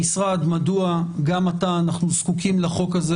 מדוע גם עתה אנחנו זקוקים לחוק הזה